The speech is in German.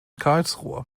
karlsruhe